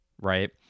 right